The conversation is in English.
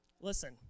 listen